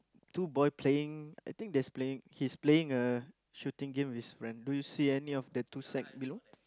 two boy playing I think there's playing he's playing a shooting game with his friend do you see any of the two sec below